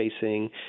facing